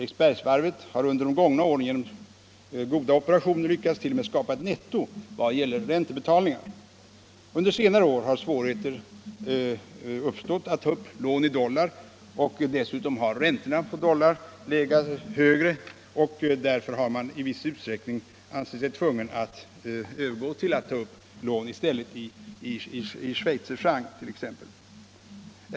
Eriksbergsvarvet har under de gångna åren genom skickliga operationer t.o.m. lyckats skapa ett netto i vad gäller räntebetalningar. Under senare år har dock svårigheter uppstått att ta upp lån i dollar, och dessutom har räntan på dollar legat högre än andra räntor. Därför har man i viss utsträckning blivit tvungen att övergå till att ta upp lån i t.ex. schweizerfranc.